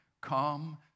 Come